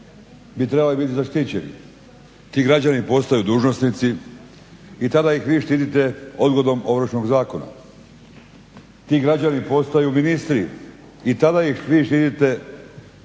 bi trebali biti zaštićeni. Ti građani postaju dužnosnici i tada ih vi štitite odgodom ovršnog zakona. Ti građani postaju ministri i tada ih vi štiti odgodom ovršnog zakona,